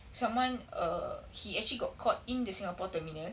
someone err he actually got caught in the singapore terminal